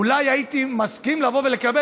אולי הייתי מסכים לבוא ולקבל,